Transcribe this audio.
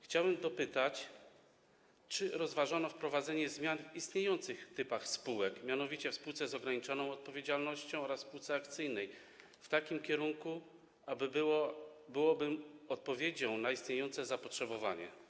Chciałbym dopytać, czy rozważano wprowadzenie zmian w istniejących typach spółek, mianowicie w spółce z ograniczoną odpowiedzialnością oraz spółce akcyjnej, w takim kierunku, aby było ono odpowiedzią na istniejące zapotrzebowanie.